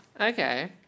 Okay